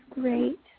great